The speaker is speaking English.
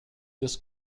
this